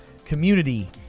community